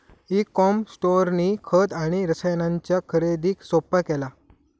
E com स्टोअरनी खत आणि रसायनांच्या खरेदीक सोप्पा केला